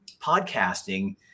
podcasting